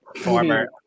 former